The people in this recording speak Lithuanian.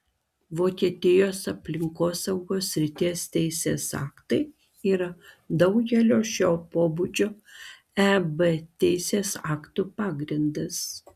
vokietijos aplinkosaugos srities teisės aktai yra daugelio šio pobūdžio eb teisės aktų pagrindas